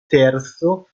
terzo